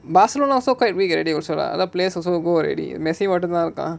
also quite regularly also lah